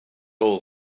all